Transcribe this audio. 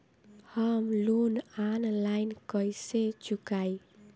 हम loan online कइसे चुकाई?